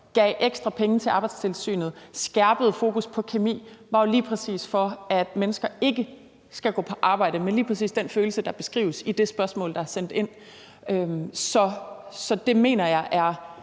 gav ekstra penge til Arbejdstilsynet og skærpede fokusset på kemi, var jo lige præcis, at mennesker ikke skal gå på arbejde med lige præcis den følelse, der beskrives i det spørgsmål, der er sendt ind. Så det mener jeg er